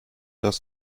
dass